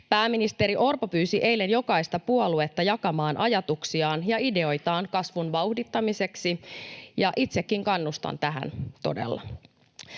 Pääministeri Orpo pyysi eilen jokaista puoluetta jakamaan ajatuksiaan ja ideoitaan kasvun vauhdittamiseksi, ja itsekin kannustan tähän todella.